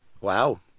Wow